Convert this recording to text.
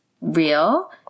real